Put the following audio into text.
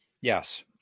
Yes